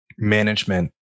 management